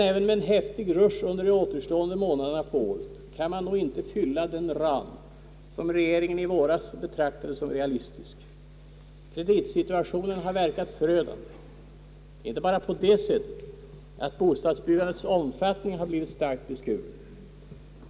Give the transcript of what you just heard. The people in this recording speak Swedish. Även med en hättig rusch under de återstående månaderna på året kan man nog inte fylla den ram som regeringen i våras betraktade som realistisk. Kreditsituationen har verkat förödande inte bara på det sättet att bostadsbyggandets omfattning blivit starkt beskuren.